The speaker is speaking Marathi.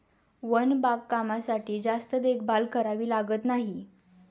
वन बागकामासाठी जास्त देखभाल करावी लागत नाही